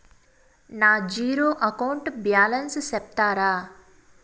నా zero account balance సెప్తారా?